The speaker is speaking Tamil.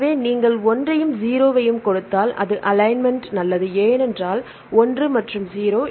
எனவே நீங்கள் ஒன்றையும் 0 ஐயும் கொடுத்தால் அது அலைன்மென்ட் நல்லது ஏனென்றால் 1 மற்றும் 0